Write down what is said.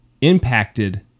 impacted